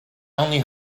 only